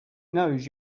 knows